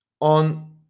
on